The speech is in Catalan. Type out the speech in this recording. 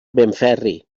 benferri